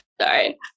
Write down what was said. Sorry